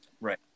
Right